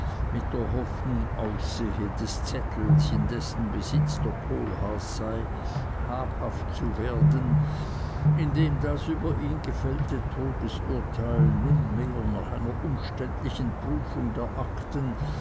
mit der hoffnung aussehe des zettels in dessen besitz der kohlhaas sei habhaft zu werden indem das über ihn gefällte todesurteil nunmehr nach einer umständlichen prüfung der akten